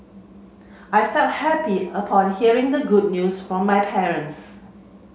I felt happy upon hearing the good news from my parents